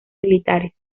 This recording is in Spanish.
militares